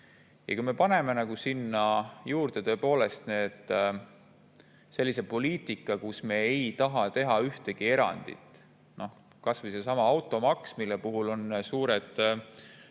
kui me paneme sinna juurde, tõepoolest, sellise poliitika, kus me ei taha teha ühtegi erandit – kas või seesama automaks, mille puhul on suured